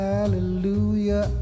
Hallelujah